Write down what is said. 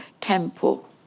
temple